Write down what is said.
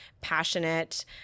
passionate